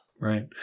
Right